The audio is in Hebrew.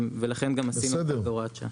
ולכן גם עשינו את זה בהוראת שעה.